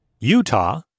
Utah